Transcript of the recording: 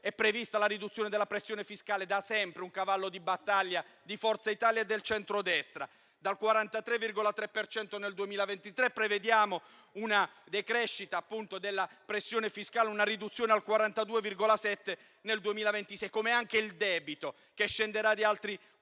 è prevista la riduzione della pressione fiscale, da sempre un cavallo di battaglia di Forza Italia e del centrodestra: dal 43,3 per cento nel 2023, prevediamo una decrescita appunto della pressione fiscale, con una riduzione al 42,7, nel 2026, e lo stesso vale per il debito, che scenderà di altri 4